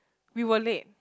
we were late